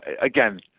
Again